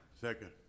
Second